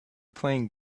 playing